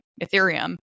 Ethereum